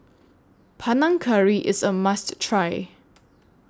Panang Curry IS A must Try